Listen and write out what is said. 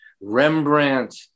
Rembrandt